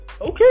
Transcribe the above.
okay